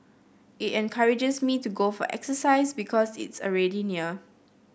it encourages me to go for exercise because it's already near